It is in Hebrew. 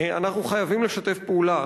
אנחנו חייבים לשתף פעולה.